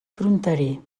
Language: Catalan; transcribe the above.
fronterer